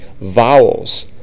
vowels